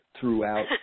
throughout